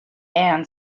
and